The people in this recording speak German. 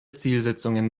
zielsetzungen